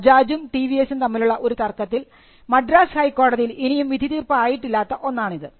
ബജാജും ടിവിഎസും തമ്മിലുള്ള ഒരു തർക്കത്തിൽ മദ്രാസ് ഹൈക്കോടതിയിൽ ഇനിയും വിധിതീർപ്പായിട്ടില്ലാത്ത ഒന്നാണിത്